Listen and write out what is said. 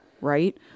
right